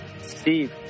Steve